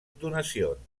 donacions